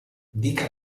dica